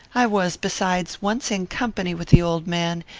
i was, besides, once in company with the old man,